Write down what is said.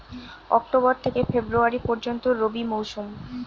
October থেকে ফেব্রুয়ারি পর্যন্ত রবি মৌসুম